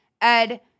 Ed